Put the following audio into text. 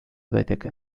daiteke